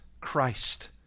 Christ